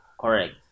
Correct